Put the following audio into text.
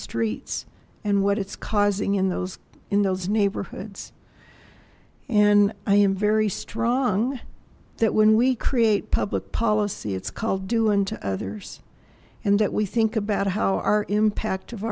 streets and what it's causing in those in those neighborhoods and i am very strong that when we create public policy it's called doing to others and that we think about how our impact of